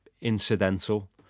incidental